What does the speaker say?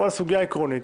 או על סוגיה עקרונית?